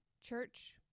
church